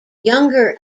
younger